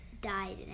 died